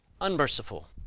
unmerciful